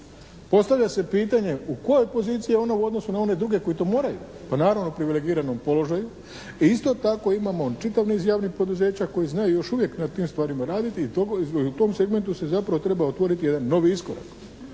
Postavlja se pitanje u kojoj je poziciji ona u odnosu na one druge koji to moraju? Pa naravno privilegiranom položaju. Isto tako imamo čitav niz javnih poduzeća koji znaju još uvijek na tim stvarima raditi i u tom segmentu se zapravo treba otvoriti jedan novi iskorak.